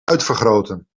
uitvergroten